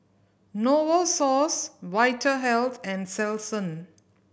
Novosource Vitahealth and Selsun